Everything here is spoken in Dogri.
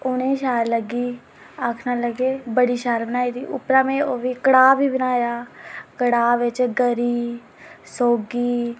उ'नें ई शैल लग्गी ते आखना लगे बड़ी शैल बनाई दी ते उप्परा में कड़ाह् बी बनाया कड़ाह् बिच गरी सौगी